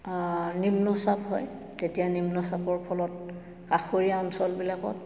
নিম্ন চাপ হয় তেতিয়া নিম্ন চাপৰ ফলত কাষৰীয়া অঞ্চলবিলাকত